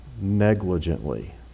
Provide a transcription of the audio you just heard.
negligently